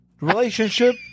Relationship